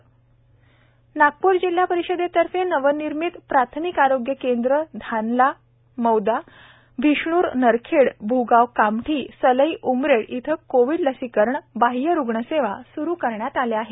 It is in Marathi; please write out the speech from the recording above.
नागपूर जिल्ह्यातील जिल्हा परिषदेतर्फे नवनिर्मित प्राथमिक आरोग्य केंद्र धानला मौदा भिष्णूर नरखेड भूगाव कामठी सालई उमरेड येथे कोविड लसीकरण बाह्य रुग्णसेवा सुरु करण्यात आल्या आहेत